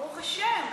ברוך השם,